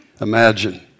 imagine